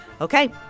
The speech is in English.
Okay